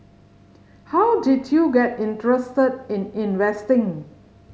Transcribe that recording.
how did you get interested in investing